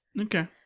Okay